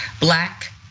black